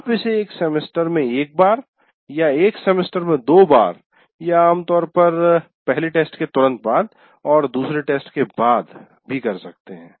आप इसे एक सेमेस्टर में एक बार या एक सेमेस्टर में दो बार या आम तौर पर पहले टेस्ट के तुरंत बाद और दूसरे टेस्ट के बाद कर सकते हैं